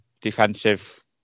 defensive